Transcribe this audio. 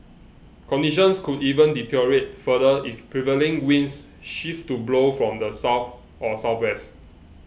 conditions could even deteriorate further if prevailing winds shift to blow from the south or southwest